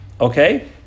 Okay